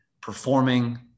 performing